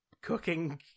cooking